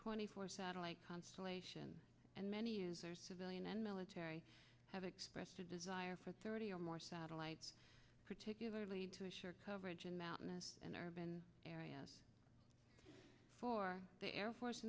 twenty four satellite constellation and many users civilian and military have expressed a desire for thirty or more satellites particularly to ensure coverage in mountainous and urban areas for the air force